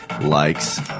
likes